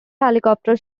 helicopter